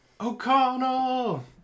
O'Connell